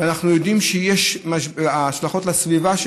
ואנחנו יודעים מה ההשלכות על הסביבה.